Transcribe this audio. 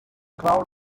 crowd